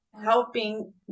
helping